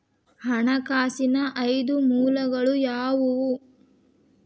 ಹಣಕಾಸಿನ ಐದು ಮೂಲಗಳು ಯಾವುವು?